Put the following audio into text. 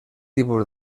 tipus